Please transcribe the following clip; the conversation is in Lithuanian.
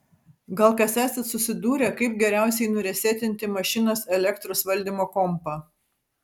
gal kas esat susidūrę kaip geriausiai nuresetinti mašinos elektros valdymo kompą